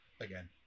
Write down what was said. again